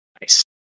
Nice